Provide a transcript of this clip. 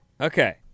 Okay